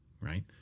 right